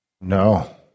no